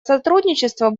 сотрудничество